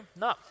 No